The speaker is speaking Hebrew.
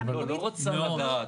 היא לא רוצה לדעת,